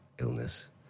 illness